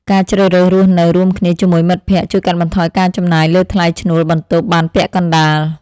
ការជ្រើសរើសរស់នៅរួមគ្នាជាមួយមិត្តភក្តិជួយកាត់បន្ថយការចំណាយលើថ្លៃឈ្នួលបន្ទប់បានពាក់កណ្តាល។